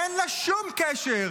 אין לה שום קשר,